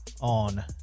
on